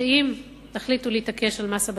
שאם תחליטו להתעקש על מס הבצורת,